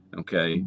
okay